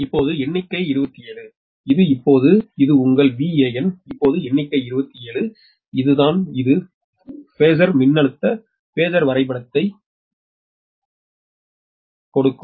இப்போது எண்ணிக்கை 27 இது இப்போது இது உங்கள் வேன் இப்போது எண்ணிக்கை 27 இதுதான் இது ஃபாசர் மின்னழுத்த பேஸர் வரைபடத்தைக் கொடுக்கும்